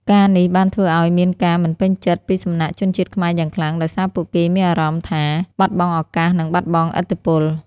ការណ៍នេះបានធ្វើឱ្យមានការមិនពេញចិត្តពីសំណាក់ជនជាតិខ្មែរយ៉ាងខ្លាំង ដោយសារពួកគេមានអារម្មណ៍ថា បាត់បង់ឱកាស និងបាត់បង់ឥទ្ធិពល។